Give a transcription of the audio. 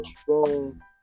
strong